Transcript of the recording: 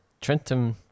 Trentum